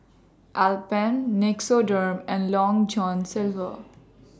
Alpen Nixoderm and Long John Silver